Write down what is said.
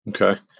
Okay